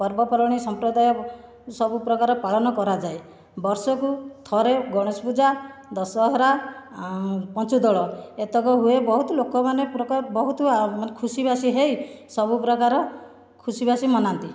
ପର୍ବପର୍ବାଣି ସମ୍ପ୍ରଦାୟ ସବୁପ୍ରକାର ପାଳନ କରାଯାଏ ବର୍ଷକୁ ଥରେ ଗଣେଶପୂଜା ଦଶହରାପଞ୍ଚୁଦୋଳ ଏତିକି ହୁଏ ବହୁତ ଲୋକମାନେ ପ୍ରକାର ବହୁତ ଖୁସିବାସୀ ହୋଇ ସବୁପ୍ରକାର ଖୁସିବାସୀ ମନାନ୍ତି